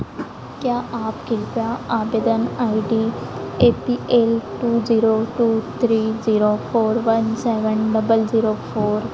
क्या आप कृपया आवेदन I D A P L two zero two three zero four one seven double zero four